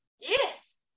Yes